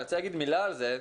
אני רוצה להגיד מילה על זה: